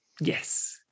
Yes